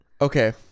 Okay